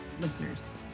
listeners